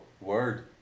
word